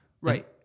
Right